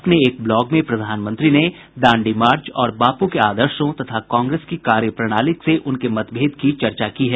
अपने एक ब्लॉग में प्रधानमंत्री ने दांडी मार्च और बापू के आदर्शों तथा कांग्रेस की कार्यप्रणाली से उनके मतभेद की चर्चा की है